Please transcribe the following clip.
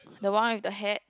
the one with the hat